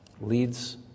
leads